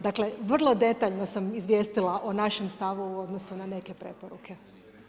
Dakle, vrlo detaljno sam izvijestila o našem stavu u odnosu na neke preporuke.